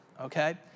okay